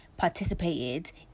Participated